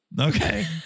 Okay